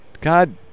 God